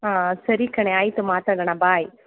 ಹಾಂ ಸರಿ ಕಣೆ ಆಯಿತು ಮಾತಾಡೋಣ ಬಾಯ್